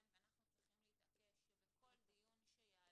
אנחנו צריכים להתעקש שבכל דיון שיעלה,